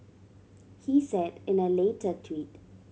he said in a later tweet